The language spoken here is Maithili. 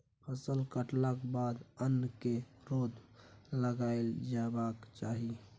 फसल कटलाक बाद अन्न केँ रौद लगाएल जेबाक चाही